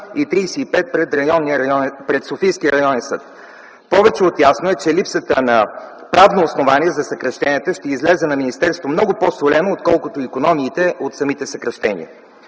и 35 – пред Софийския районен съд. Повече от ясно е, че липсата на правно основание за съкращенията ще излезе на министерството много по-солено, отколкото икономиите от самите съкращения.